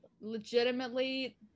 Legitimately